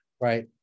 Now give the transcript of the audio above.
Right